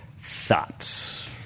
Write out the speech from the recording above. Thoughts